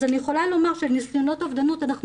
אני יכולה לומר שבניסיונות אובדנות אנחנו